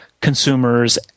consumers